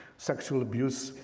sexual abuse,